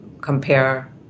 compare